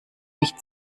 nicht